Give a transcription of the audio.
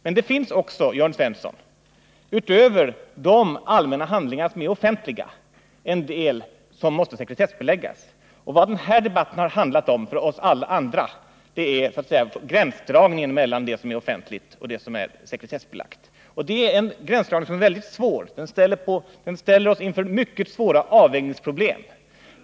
Men det finns också, Jörn Svensson — utöver de allmänna handlingar som är offentliga — en del sådana som måste sekretessbeläggas. Vad den här debatten har handlat om för oss alla andra är gränsdragningen mellan vad som är offentligt och vad som är sekretessbelagt. Det är en gränsdragning som är väldigt svår att göra. Den ställer oss inför mycket svåra avvägningsproblem.